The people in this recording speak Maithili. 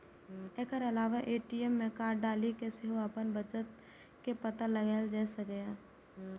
एकर अलावे ए.टी.एम मे कार्ड डालि कें सेहो अपन बचत के पता लगाएल जा सकैए